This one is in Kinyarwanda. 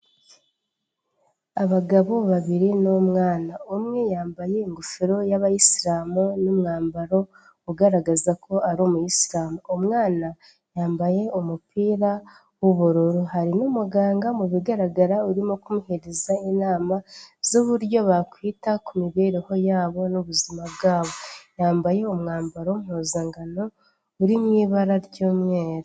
Abagabo babiri n'umwana, umwe yambaye ingofero y'abayisilamu n'umwambaro ugaragaza ko ari umuyisilamu, umwana yambaye umupira w'ubururu, hari n'umuganga mu bigaragara urimo kumuhereza inama z'uburyo bakwita ku mibereho yabo n'ubuzima bwabo, yambaye uwo mwambaro mpuzangano uri mu ibara ry'umweru.